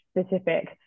specific